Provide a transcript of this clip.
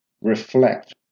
reflect